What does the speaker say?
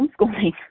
homeschooling